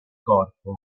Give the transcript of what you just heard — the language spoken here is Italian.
corpo